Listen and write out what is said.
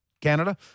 Canada